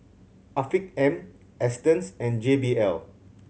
Afiq M Astons and J B L